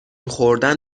خوردن